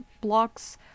blocks